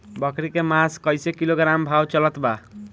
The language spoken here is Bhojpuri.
बकरी के मांस कईसे किलोग्राम भाव चलत बा?